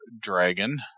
dragon